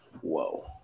whoa